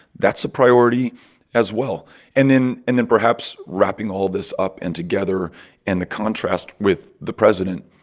that's a priority as well and then and then perhaps wrapping all this up in together and the contrast with the president